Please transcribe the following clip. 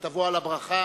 ותבוא על הברכה.